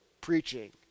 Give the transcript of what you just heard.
preaching